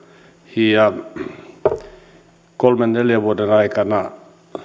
ja kolmen neljän vuoden aikana suurten